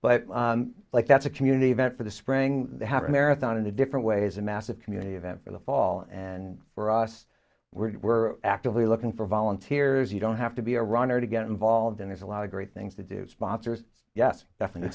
but like that's a community event for the spring they have a marathon in the different ways a massive community event in the fall and for us we're actively looking for volunteers you don't have to be a runner to get involved in there's a lot of great things to do sponsors yes definitely